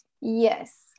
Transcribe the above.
Yes